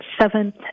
seventh